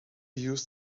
used